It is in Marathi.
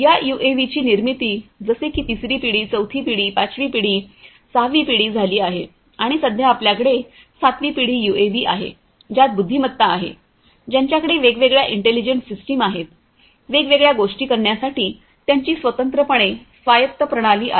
या यूएव्हीची निर्मिती जसे की तिसरी पिढी चौथी पिढी पाचवी पिढी सहावी पिढी झाली आहे आणि सध्या आपल्याकडे सातवी पिढी युएव्ही आहे ज्यात बुद्धिमत्ता आहे ज्यांच्याकडे वेगवेगळ्या इंटेलिजेंट सिस्टम आहेत वेगवेगळ्या गोष्टी करण्यासाठी त्यांची स्वतंत्रपणे स्वायत्त प्रणाली आहे